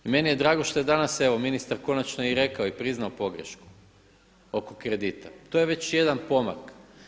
I meni je drago što je danas evo ministar konačno i rekao i priznao pogrešku oko kredita, to je već jedan pomak.